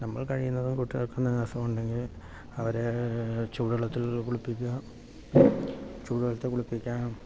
നമ്മൾ കഴിയുന്നതും കുട്ടികൾക്ക് എന്തെങ്കിലും അസുഖം ഉണ്ടെങ്കിൽ അവരെ ചൂടുവെള്ളത്തിൽ ഒന്നു കുളിപ്പിക്കാം ചൂടുവെള്ളത്തിൽ കുളിപ്പിക്കാം